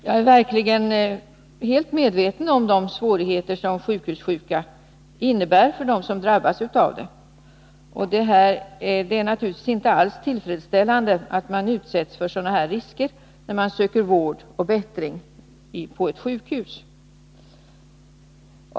Jag är verkligen reellt medveten om de svårigheter som sjukhussjuka innebär för dem som drabbas av den. Det är naturligtvis inte alls tillfredsställande att man utsätts för sådana här risker när man söker vård och bättring på ett sjukhus.